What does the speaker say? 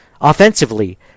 offensively